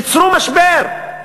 ייצרו משבר,